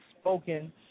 spoken